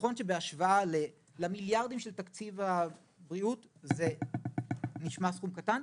נכון שבהשוואה למיליארדים של תקציב הבריאות זה נשמע סכום קטן.